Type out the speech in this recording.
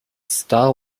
star